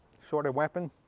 shorter weapon.